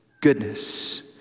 goodness